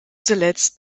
zuletzt